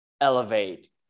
elevate